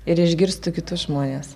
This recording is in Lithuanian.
ir išgirstu kitus žmones